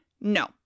No